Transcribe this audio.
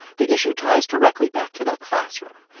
the issue ties directly back to their classroom.